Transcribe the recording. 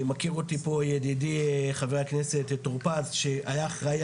מכיר אותי פה ידידי חה"כ טורפז שהיה אחראי